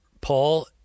Paul